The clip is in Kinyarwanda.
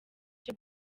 icyo